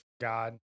God